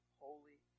holy